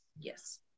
Yes